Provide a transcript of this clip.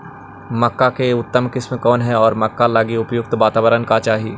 मक्का की उतम किस्म कौन है और मक्का लागि उपयुक्त बाताबरण का चाही?